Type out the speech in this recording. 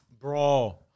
Bro